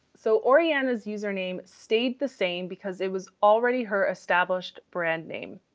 so oriana's username stayed the same because it was already her established brand name.